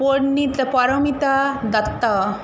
Parnita Paromita Dutta